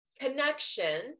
connection